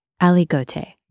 Aligote